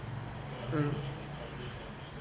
mm